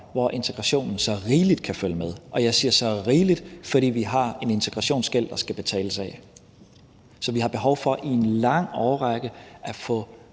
hvor integrationen så rigeligt kan følge med – og jeg siger »så rigeligt«, fordi vi har en integrationsgæld, der skal betales af. Så vi har behov for i en lang årrække at få